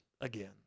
again